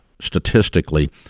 statistically